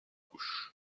couche